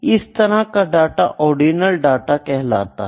इस तरह का डाटा ऑर्डिनल डाटा कहलाता है